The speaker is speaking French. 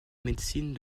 médecine